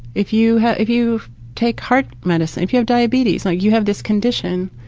if you have, if you take heart medicine, if you have diabetes, like, you have this condition.